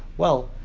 well,